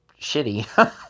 shitty